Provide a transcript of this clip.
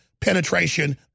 penetration